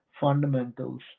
fundamentals